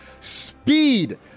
Speed